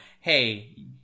hey